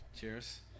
Cheers